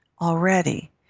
already